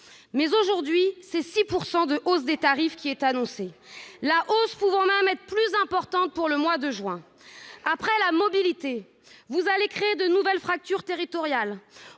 %.» Aujourd'hui, c'est une hausse de 6 % des tarifs qui est annoncée, la hausse pouvant même être plus importante pour le mois de juin. Après la mobilité, vous allez créer de nouvelles fractures territoriales